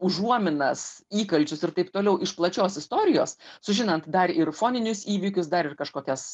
užuominas įkalčius ir taip toliau iš plačios istorijos sužinant dar ir foninius įvykius dar ir kažkokias